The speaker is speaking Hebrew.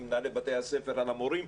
מנהלי בתי הספר על המורים,